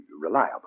reliable